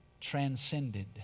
transcended